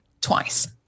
twice